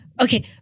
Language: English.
okay